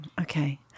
Okay